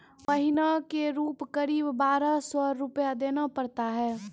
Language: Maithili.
महीना के रूप क़रीब बारह सौ रु देना पड़ता है?